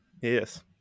Yes